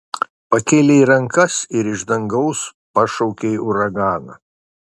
pakėlei rankas ir iš dangaus pašaukei uraganą